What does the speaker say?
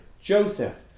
Joseph